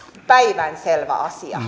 päivänselvä asia